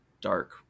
dark